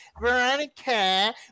Veronica